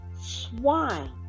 swine